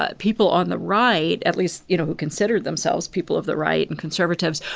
but people on the right, at least, you know, who consider themselves people of the right and conservatives,